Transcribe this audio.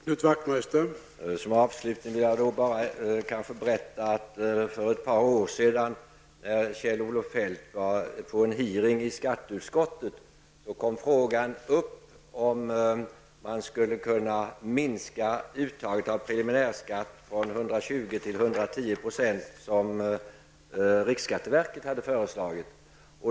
Herr talman! Som avslutning vill jag bara berätta att för ett par år sedan när Kjell-Olof Feldt var på en utfrågning i skatteutskottet kom frågan upp om man skulle kunna minska uttaget av preliminärskatt från 120 till 110 % som riksskatteverket hade föreslagit.